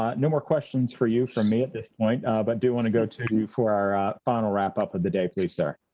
ah no more questions for you from me at this point, but i do want to go to you for our final wrap-up of the day, please, sir.